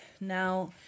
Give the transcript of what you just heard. now